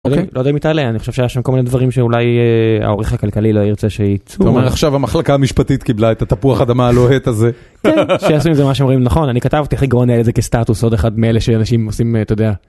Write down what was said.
-אני לא יודע אם היא תעלה, אני חושב שהיה שם כל מיני דברים שאולי העורך הכלכלי לא ירצה שייצאו. -זאת אומרת עכשיו המחלקה המשפטית קיבלה את התפוח אדמה הלוהט הזה. -כן, שיעשו עם זה מה שהם רואים לנכון, אני כתבתי נעלה את זה כסטטוס, עוד אחד מאלה שאנשים עושים, אתה יודע.